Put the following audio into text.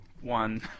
one